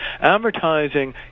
Advertising